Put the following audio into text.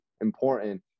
important